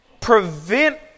prevent